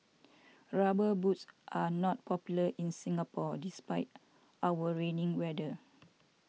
rubber boots are not popular in Singapore despite our raining weather